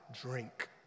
drink